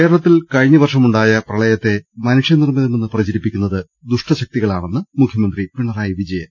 കേരളത്തിൽ കഴിഞ്ഞ വർഷമുണ്ടായ പ്രളയത്തെ മനുഷ്യ നിർമ്മി തമെന്ന് പ്രചരിപ്പിക്കുന്നത് ദുഷ്ടശക്തികളാണെന്ന് മുഖ്യമന്ത്രി പിണറായി വിജയൻ